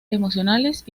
emocionales